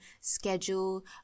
schedule